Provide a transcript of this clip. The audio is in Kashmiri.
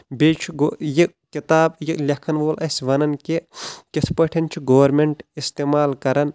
بییٚہِ چھِ گوٚو یہِ کِتاب یہِ لیکھان وول اسہِ ونان کہِ کتھ پٲٹھۍ چھِ گورمیٚنٹ استعمال کران